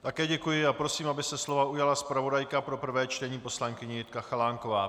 Také děkuji a prosím, aby se slova ujala zpravodajka pro prvé čtení poslankyně Jitka Chalánková.